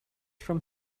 from